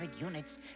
units